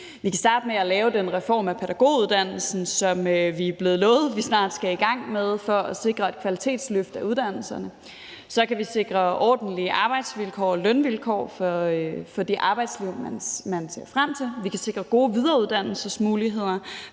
Vi kan starte med at lave den reform af pædagoguddannelsen, som vi er blevet lovet vi snart skal i gang med, for at sikre et kvalitetsløft af uddannelserne. Og så kan vi sikre ordentlige arbejdsvilkår og lønvilkår for det arbejdsliv, man ser frem til, og vi kan sikre gode videreuddannelsesmuligheder.